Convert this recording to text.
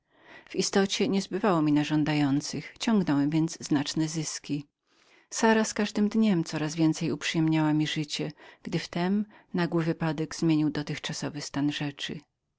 w istocie nie zbywało mi na żądających ciągnąłem znaczne zyski sara z każdym dniem coraz więcej uprzyjemniała mi życie gdy wtem nagły wypadek zmienił dotychczasowy stan rzeczy